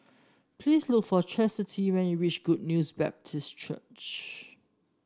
please look for Chasity when you reach Good News Baptist Church